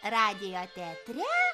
radijo teatre